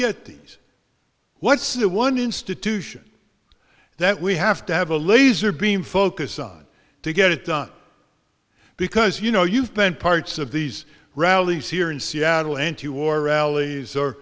get these what's the one institution that we have to have a laser beam focus on to get it done because you know you've been parts of these rallies here in seattle antiwar rallies or